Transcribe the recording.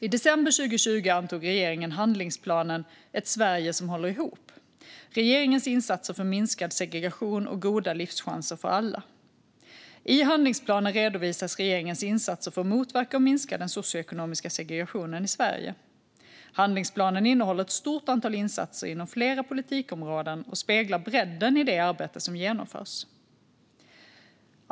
I december 2020 antog regeringen handlingsplanen Ett Sverige som håller ihop - regeringens insatser för minskad segregation och goda livschanser för alla . I handlingsplanen redovisas regeringens insatser för att motverka och minska den socioekonomiska segregationen i Sverige. Handlingsplanen innehåller ett stort antal insatser inom flera politikområden och speglar bredden i det arbete som genomförs.